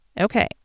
Okay